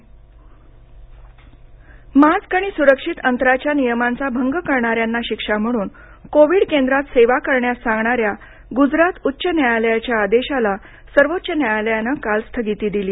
गजरात न्यायालय मास्क आणि सुरक्षित अंतराच्या नियमांचा भंग करणाऱ्यांना शिक्षा म्हणून कोविड केंद्रात सेवा करण्यास सांगणाऱ्या गुजरात उच्च न्यायालयाच्या आदेशाला सर्वोच्च न्यायालयानं काल स्थगिती दिली